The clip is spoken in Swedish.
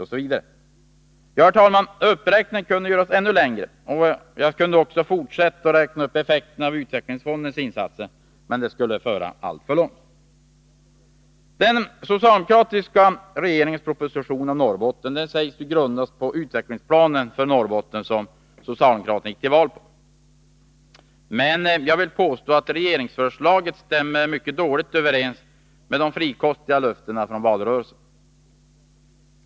Herr talman! Jag skulle kunna fortsätta uppräkningen och presentera effekterna av utvecklingsfondens insatser, men det skulle föra alltför långt. Det sägs att den socialdemokratiska regeringens proposition om Norrbotten grundas på den utvecklingsplan för Norrbotten som socialdemokraterna gick till val på. Men regeringsförslaget stämmer mycket dåligt överens med de frikostiga löftena från valrörelsen i fjol.